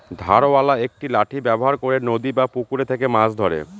ধারওয়ালা একটি লাঠি ব্যবহার করে নদী বা পুকুরে থেকে মাছ ধরে